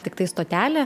tiktai stotelė